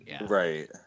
Right